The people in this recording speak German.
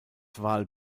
val